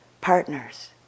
partners